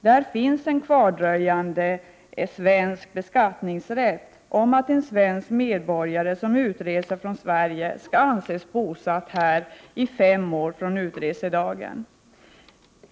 Där finns en kvardröjande svensk beskattningsrätt om att en svensk medborgare som utreser från Sverige skall anses bosatt här i fem år från utresedagen.